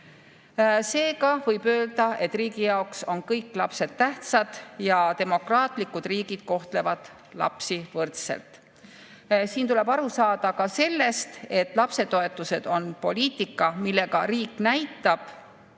Seega võib öelda, et riigi jaoks on kõik lapsed tähtsad ja demokraatlikud riigid kohtlevad lapsi võrdselt. Siin tuleb aru saada ka sellest, et lapsetoetused on poliitika, millega riik näitab,